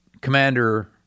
commander